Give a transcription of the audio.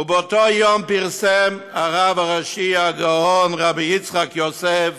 ובאותו יום פרסם הרב הראשי הגאון רבי יצחק יוסף